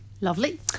Lovely